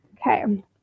Okay